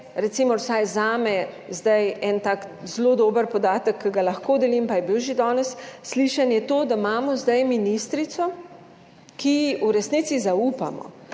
recimo vsaj zame zdaj en tak zelo dober podatek, ki ga lahko delim, pa je bil že danes slišan, je to, da imamo zdaj ministrico, ki ji v resnici zaupamo